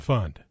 Fund